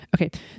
okay